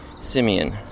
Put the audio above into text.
Simeon